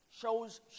shows